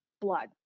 blood